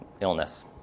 illness